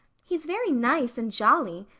he's very nice and jolly.